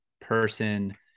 person